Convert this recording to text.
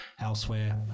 elsewhere